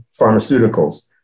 pharmaceuticals